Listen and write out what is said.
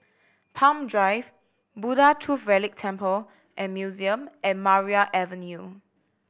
Palm Drive Buddha Tooth Relic Temple and Museum and Maria Avenue